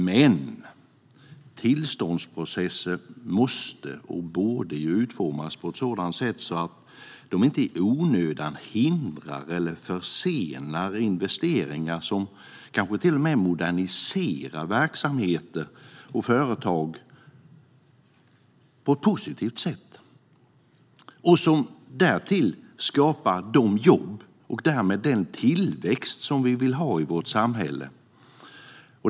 Men tillståndsprocesserna måste och borde utformas på ett sådant sätt att de inte i onödan hindrar eller försenar investeringar som kanske till och med moderniserar verksamheter och företag på ett positivt sätt och därtill skapar de jobb och den tillväxt som vi vill ha i vårt samhälle.